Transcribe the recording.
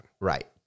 Right